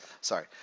Sorry